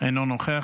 אינו נוכח.